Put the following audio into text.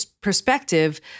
perspective